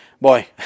Boy